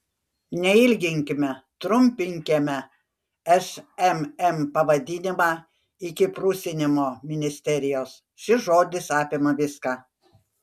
neilginkime trumpinkime šmm pavadinimą iki prusinimo ministerijos šis žodis apima viską